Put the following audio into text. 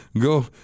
Go